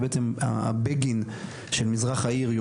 זה בעצם הבגין של מזרח העיר.